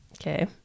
Okay